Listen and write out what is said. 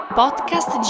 podcast